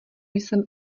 jsem